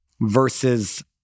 Versus